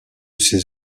ses